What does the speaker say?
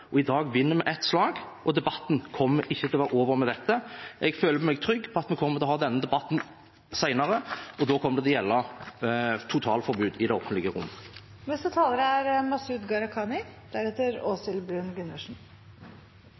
I dag vinner vi ett slag, og debatten kommer ikke til å være over med dette. Jeg føler meg trygg på at vi kommer til å ha denne debatten senere, og da kommer det til å gjelde totalforbud i det offentlige